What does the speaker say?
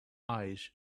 eyes